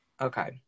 okay